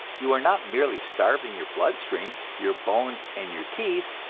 you are not merely starving your blood-stream, your bones, and your teeth,